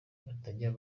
batajya